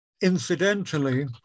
incidentally